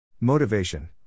Motivation